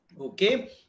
Okay